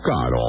God